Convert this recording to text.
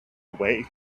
away